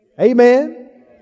Amen